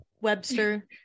webster